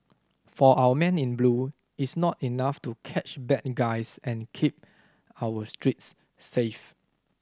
for our men in blue it's not enough to catch bad guys and keep our streets safe